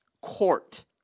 court